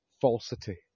falsity